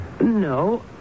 No